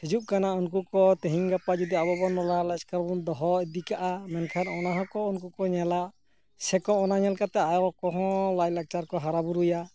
ᱦᱤᱡᱩᱜ ᱠᱟᱱᱟ ᱩᱱᱠᱩ ᱠᱚ ᱛᱤᱦᱤᱧ ᱜᱟᱯᱟ ᱡᱩᱫᱤ ᱟᱵᱚᱵᱚᱱ ᱱᱚᱞᱮᱡᱽ ᱠᱚᱨᱮᱵᱚᱱ ᱫᱚᱦᱚ ᱤᱫᱤᱠᱟᱜᱼᱟ ᱢᱮᱱᱠᱷᱟᱱ ᱚᱱᱟ ᱦᱚᱸᱠᱚ ᱩᱱᱠᱩ ᱠᱚ ᱧᱮᱞᱟ ᱥᱮᱠᱚ ᱚᱱᱟ ᱧᱮᱞ ᱠᱟᱛᱮᱫ ᱟᱨ ᱟᱠᱚᱦᱚᱸ ᱞᱟᱭᱞᱟᱠᱪᱟᱨ ᱠᱚ ᱦᱟᱨᱟ ᱵᱩᱨᱩᱭᱟ